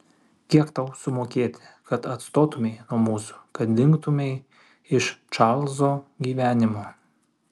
kiek tau sumokėti kad atstotumei nuo mūsų kad dingtumei iš čarlzo gyvenimo